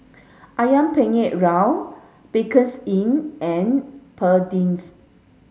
Ayam Penyet Ria Bakerzin and Perdix